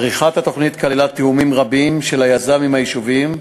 בעריכת התוכנית נכללו תיאומים רבים של היזם עם היישובים,